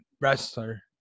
wrestler